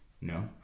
no